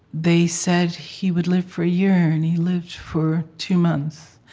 they said he would live for a year, and he lived for two months.